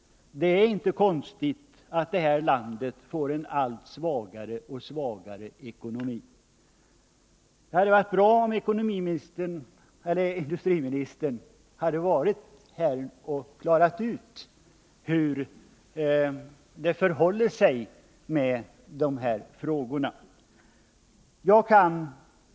Det är inte konstigt att det här landet får en allt svagare ekonomi. Det hade varit bra om industriministern varit här i kammaren och klarat ut hur det förhåller sig med dessa frågor.